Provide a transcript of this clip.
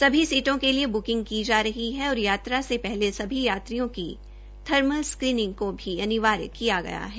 सभी सीटों के लिए ब्किंग की जा रही है और यात्रा से पहने सभी यात्रियों की थर्मल स्कैंनिग को भी अनिवार्य किया गया है